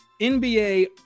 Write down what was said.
NBA